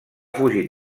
fugit